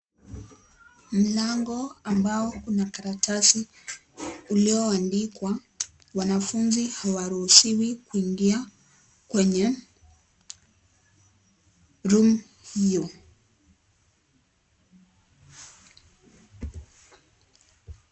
Mlango ambao una karatasi ulio andikwa wanafunzi hawaruhusiwi kuingia kwenye room hiyo.